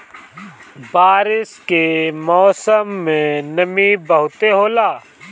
बारिश के मौसम में नमी बहुते होला